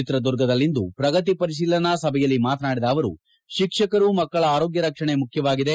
ಚಿತ್ರದುರ್ಗದಲ್ಲಿಂದು ಪ್ರಗತಿ ಪರಿಶೀಲನಾ ಸಭೆಯಲ್ಲಿ ಮಾತನಾಡಿದ ಅವರು ಶಿಕ್ಷಕರು ಮಕ್ಕಳ ಆರೋಗ್ಯ ರಕ್ಷಣೆ ಮುಖ್ಯವಾಗಿದೆ